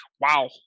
wow